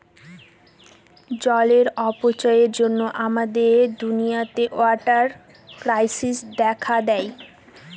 জলের অপচয়ের জন্য আমাদের দুনিয়াতে ওয়াটার ক্রাইসিস দেখা দেয়